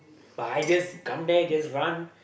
but I just come there just run